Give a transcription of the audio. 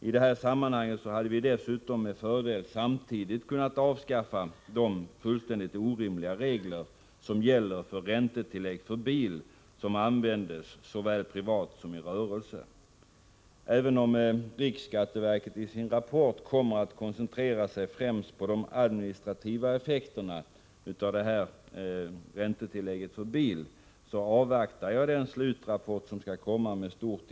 I sammanhanget hade vi dessutom med fördel samtidigt kunnat avskaffa de fullständigt orimliga regler som gäller för räntetillägg för bil som används såväl privat som i rörelse. Även om riksskatteverket i sin rapport kommer att koncentrera sig främst på de administrativa effekterna av detta senare räntetillägg, avvaktar jag med stort intresse den slutrapport som skall komma.